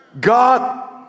God